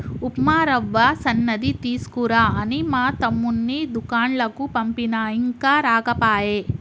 ఉప్మా రవ్వ సన్నది తీసుకురా అని మా తమ్ముణ్ణి దూకండ్లకు పంపిన ఇంకా రాకపాయె